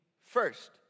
first